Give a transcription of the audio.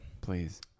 Please